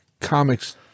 comics